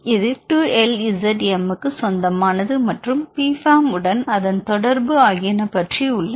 இது 2 LZM க்கு சொந்தமானது மற்றும் P FAM உடன் அதன் தொடர்பு ஆகியன பற்றி உள்ளது